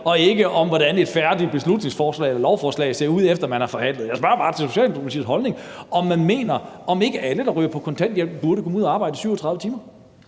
og ikke til, hvordan et færdigt lovforslag ser ud, efter man har forhandlet. Jeg spørger bare til Socialdemokratiets holdning, i forhold til om man ikke mener, at alle, der ryger på kontanthjælp, burde komme ud at arbejde i 37 timer.